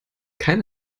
kein